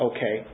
Okay